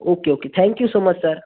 okay okay thank you so much sir